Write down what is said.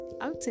out